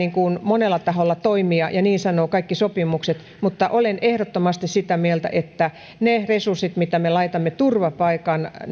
monella taholla toimia ja niin sanovat kaikki sopimukset mutta olen ehdottomasti sitä mieltä että ne resurssit mitä me laitamme turvapaikan